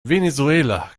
venezuela